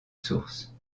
source